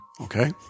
Okay